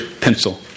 pencil